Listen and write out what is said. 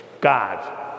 God